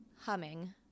humming